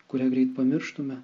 kurią greit pamirštume